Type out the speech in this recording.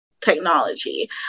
Technology